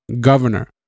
governor